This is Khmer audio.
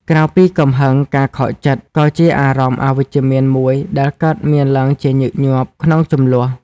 ក្រៅពីកំហឹង ការខកចិត្ត ក៏ជាអារម្មណ៍អវិជ្ជមានមួយដែលកើតមានឡើងជាញឹកញាប់ក្នុងជម្លោះ។